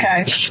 Okay